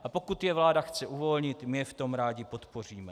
A pokud je vláda chce uvolnit, my je v tom rádi podpoříme.